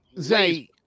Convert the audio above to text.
Zay